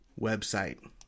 website